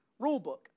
rulebook